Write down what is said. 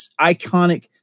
iconic